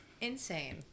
insane